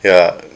ya